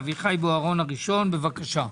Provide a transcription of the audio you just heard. אביחי בוארון הראשון, בבקשה.